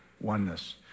oneness